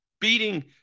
beating